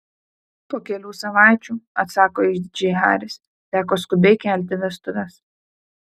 po kelių savaičių atsako išdidžiai haris teko skubiai kelti vestuves